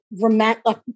romantic